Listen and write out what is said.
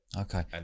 okay